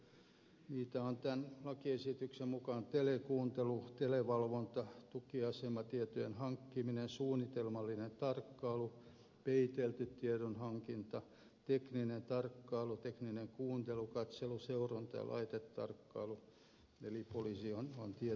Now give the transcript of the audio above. niitä on tämän lakiesityksen mukaan telekuuntelu televalvonta tukiasematietojen hankkiminen suunnitelmallinen tarkkailu peitelty tiedonhankinta tekninen tarkkailu tekninen kuuntelu katselu seuranta ja laitetarkkailu eli poliisi on tietokoneessa